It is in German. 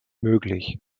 möglich